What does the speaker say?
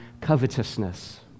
covetousness